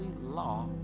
law